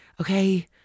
Okay